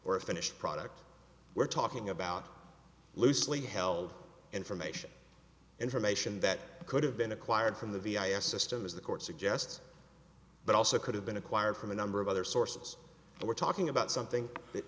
a finished product we're talking about loosely held information information that could have been acquired from the v i i system as the court suggests but also could have been acquired from a number of other sources and we're talking about something that